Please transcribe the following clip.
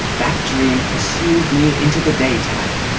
that dream pursued me into the daytime.